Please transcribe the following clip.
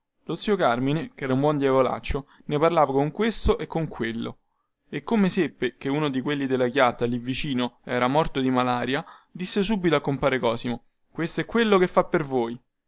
lo zio carmine chera un buon diavolaccio ne parlava con questo e con quello e come seppe che uno della chiatta lì vicino era morto di malaria disse subito a compare cosimo questo è quello che fa per voi